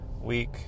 week